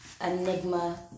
Enigma